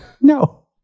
No